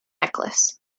necklace